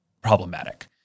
problematic